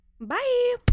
Bye